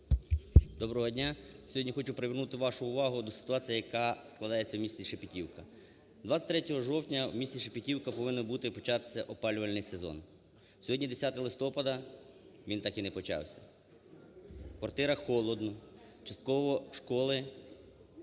Доброго дня! Сьогодні хочу привернути вашу увагу до ситуації, яка складається в місті Шепетівка. 23 жовтня в місті Шепетівка повинен був початися опалювальний сезон. Сьогодні 10 листопада, він так і не почався. В квартирах холодно, частково школи